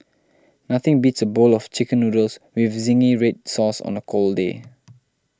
nothing beats a bowl of Chicken Noodles with Zingy Red Sauce on a cold day